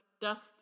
Dust